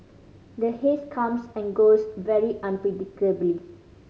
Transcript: the haze comes and goes very unpredictably